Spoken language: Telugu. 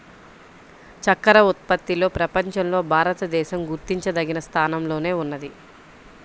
చక్కర ఉత్పత్తిలో ప్రపంచంలో భారతదేశం గుర్తించదగిన స్థానంలోనే ఉన్నది